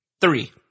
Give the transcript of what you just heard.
Three